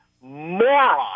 moron